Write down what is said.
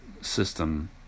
system